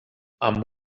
amb